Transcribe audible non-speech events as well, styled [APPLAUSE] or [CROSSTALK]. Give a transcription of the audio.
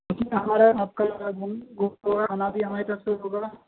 جی ہمارا آپ کا [UNINTELLIGIBLE] کھانا بھی ہماری طرف سے ہوگا